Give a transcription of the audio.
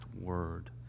word